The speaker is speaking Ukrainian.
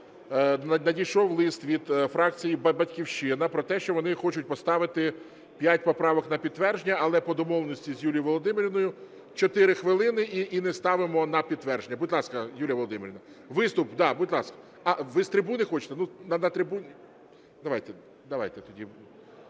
надійшов лист від фракції "Батьківщина" про те, що вони хочуть поставити п'ять поправок на підтвердження, але по домовленістю з Юлією Володимирівною 4 хвилини і не ставимо на підтвердження. Будь ласка, Юлія Володимирівна, виступ, так, будь ласка. А, ви з трибуни хочете, ну, на трибуні, давайте. Давайте тоді